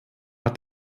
hat